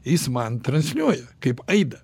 jis man transliuoja kaip aidą